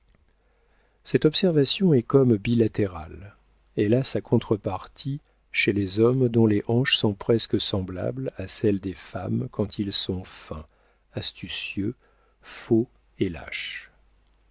cette observation est comme bilatérale elle a sa contre-partie chez les hommes dont les hanches sont presque semblables à celles des femmes quand ils sont fins astucieux faux et lâches